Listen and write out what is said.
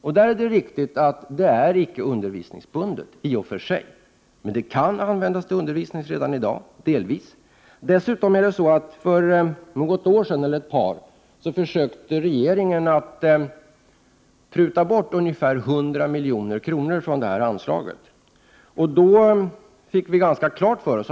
Det är riktigt att det rör sig om en icke undervisningsbunden del, men den kan i viss mån redan i dag användas till undervisning. För ett eller ett par år sedan försökte regeringen pruta ungefär 100 milj.kr. på det här Prot. 1988/89:120 anslaget.